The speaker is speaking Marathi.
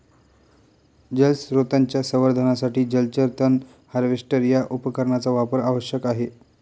जलस्रोतांच्या संवर्धनासाठी जलचर तण हार्वेस्टर या उपकरणाचा वापर आवश्यक आहे